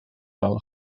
fel